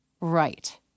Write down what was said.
Right